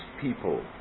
people